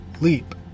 leap